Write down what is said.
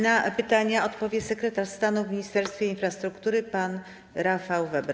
Na pytania odpowie sekretarz stanu w Ministerstwie Infrastruktury pan Rafał Weber.